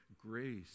grace